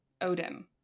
Odin